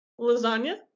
Lasagna